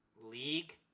league